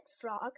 Frog